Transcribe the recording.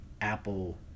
Apple